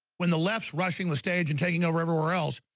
when the left's rushing the stage and taking over everywhere else,